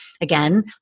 Again